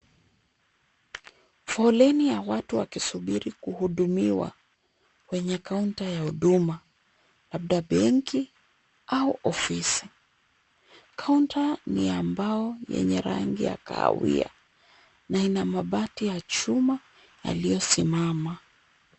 Foleni ya watu wakisubiri kuhudumiwa kwenye kaunta ya Huduma, labda benki au ofisi. Kaunta ni ya mbao yenye rangi ya kahawia na ina mabati ya chuma yaliyosimama.